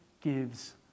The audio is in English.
gives